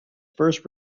first